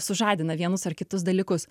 sužadina vienus ar kitus dalykus